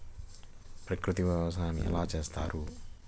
ప్రకృతి వ్యవసాయం ఎలా చేస్తారు?